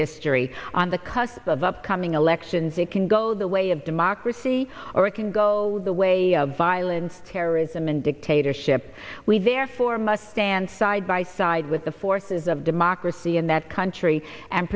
history on the cusp of upcoming elections it can go the way of democracy or it can go the way of violence terrorism and dictatorship we therefore must stand side by side with the forces of democracy in that country and